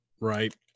Right